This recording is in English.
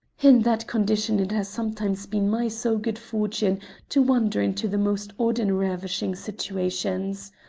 in that condition it has sometimes been my so good fortune to wander into the most odd and ravishing situations.